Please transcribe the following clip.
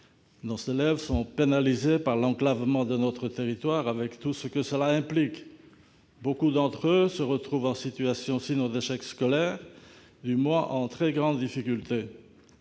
Nos élèves sont pénalisés par l'enclavement de notre territoire, avec tout ce que cela implique. Beaucoup d'entre eux se retrouvent, sinon en situation d'échec scolaire, du moins en très grande difficulté.